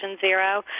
Zero